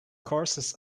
courses